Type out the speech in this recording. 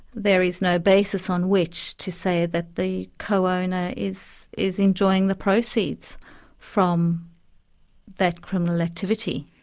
there is no basis on which to say that the co-owner is is enjoying the proceeds from that criminal activity.